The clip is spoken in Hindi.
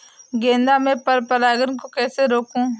गेंदा में पर परागन को कैसे रोकुं?